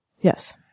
Yes